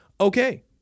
Okay